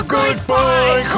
Goodbye